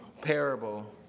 parable